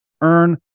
earn